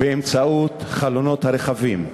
באמצעות חלונות הרכבים,